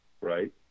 Right